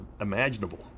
imaginable